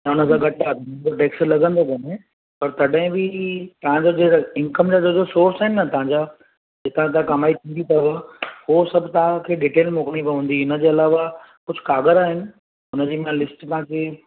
इनखां घटि टेक्स लॻंदो कोन्हे पर तॾहिं बि तव्हां जो जहिड़ो इनकम जो जेको सोर्स आहिनि न तव्हां जा हिक खां कमाई थींदी अथव उहो सभु तव्हां खे डिटेल मोकिलणी पवंदी इनजे अलावा कुझु क़ाग़र आहिनि उनजी मां लिस्ट तव्हां खे